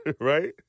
Right